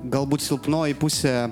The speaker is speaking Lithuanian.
galbūt silpnoji pusė